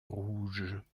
rouge